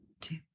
two